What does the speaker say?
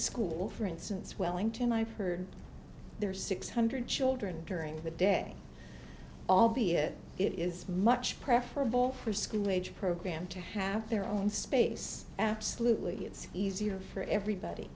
school for instance wellington i've heard there's six hundred children during the day albeit it is much preferable for school age program to have their own space absolutely it's easier for everybody